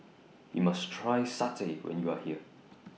YOU must Try Satay when YOU Are here